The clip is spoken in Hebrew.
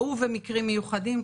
ובמקרים מיוחדים.